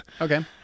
Okay